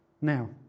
Now